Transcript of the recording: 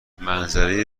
منظره